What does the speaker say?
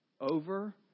over